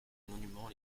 monuments